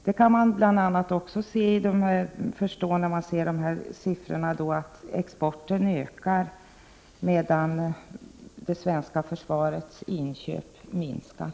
Det kan man bl.a. förstå när man ser dessa siffror, eftersom exporten ökar medan det svenska försvarets inköp minskar.